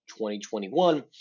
2021